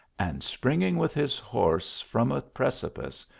and springing with his horse from a precipice,